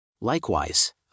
Likewise